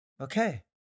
okay